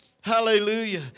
Hallelujah